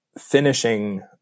finishing